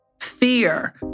Fear